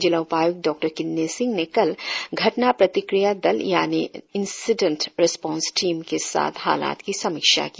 जिला उपाय्क्त डॉ किन्नी सिंह ने कल घटना प्रतिक्रिय दल यानी इंसीदेंट रेस्पोंस टीम के साथ हालात की समीक्षा की